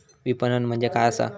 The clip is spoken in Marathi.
विपणन म्हणजे काय असा?